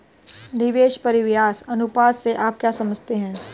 निवेश परिव्यास अनुपात से आप क्या समझते हैं?